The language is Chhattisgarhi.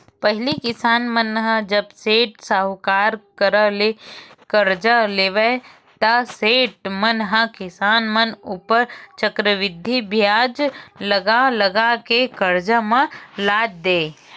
पहिली किसान मन ह जब सेठ, साहूकार करा ले करजा लेवय ता सेठ मन ह किसान मन ऊपर चक्रबृद्धि बियाज लगा लगा के करजा म लाद देय